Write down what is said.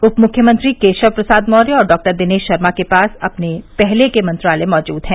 उप मुख्यमंत्री केशव प्रसाद मौर्य और डॉक्टर दिनेश शर्मा के पास अपने पहले के मंत्रालय मौजूद हैं